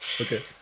Okay